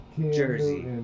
jersey